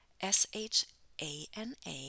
S-H-A-N-A